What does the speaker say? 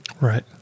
right